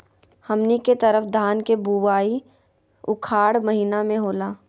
हमनी के तरफ धान के बुवाई उखाड़ महीना में होला